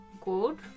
Good